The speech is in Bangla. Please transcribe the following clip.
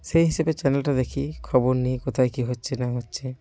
সেই হিসেবে চ্যানেলটা দেখি খবর নিই কোথায় কী হচ্ছে না হচ্ছে